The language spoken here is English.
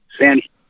Sandy